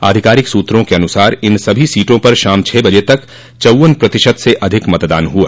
आधिकारिक सूत्रों के अनुसार इन सभी सीटों पर शाम छह बजे तक चौवन प्रतिशत से अधिक मतदान हुआ